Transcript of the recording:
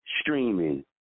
streaming